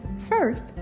First